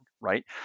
right